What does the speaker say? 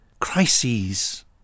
crises